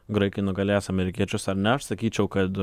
graikai nugalės amerikiečius ar ne aš sakyčiau kad